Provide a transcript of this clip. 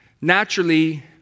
Naturally